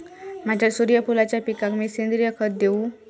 माझ्या सूर्यफुलाच्या पिकाक मी सेंद्रिय खत देवू?